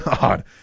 God